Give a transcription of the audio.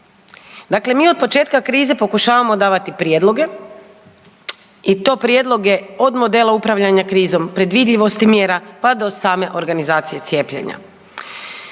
Dakle, mi otpočetka krize pokušavamo davati prijedloge i to prijedloge od modela upravljanja krizom, predvidljivosti mjera, pa do same organizacije cijepljenja.